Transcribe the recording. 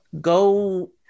Go